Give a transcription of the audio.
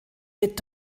mit